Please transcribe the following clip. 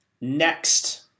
next